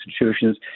institutions